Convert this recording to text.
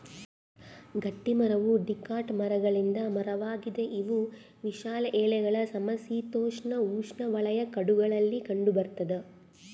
ಗಟ್ಟಿಮರವು ಡಿಕಾಟ್ ಮರಗಳಿಂದ ಮರವಾಗಿದೆ ಇವು ವಿಶಾಲ ಎಲೆಗಳ ಸಮಶೀತೋಷ್ಣಉಷ್ಣವಲಯ ಕಾಡುಗಳಲ್ಲಿ ಕಂಡುಬರ್ತದ